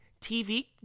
TV